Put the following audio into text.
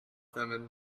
them